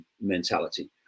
mentality